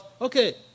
okay